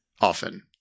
often